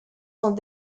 sont